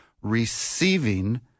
receiving